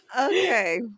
okay